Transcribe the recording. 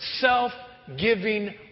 self-giving